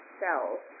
cells